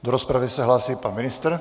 Do rozpravy se hlásí pan ministr.